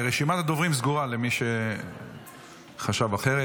רשימת הדוברים סגורה, למי שחשב אחרת.